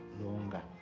longer